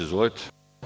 Izvolite.